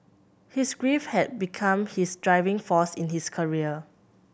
his grief had become his driving force in his career